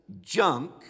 junk